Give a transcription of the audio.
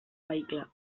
vehicle